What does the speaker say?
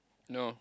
no